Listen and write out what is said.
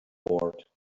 board